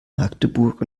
magdeburg